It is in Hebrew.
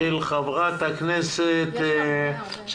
חבר הכנסת משה